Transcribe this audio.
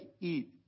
eat